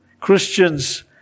Christians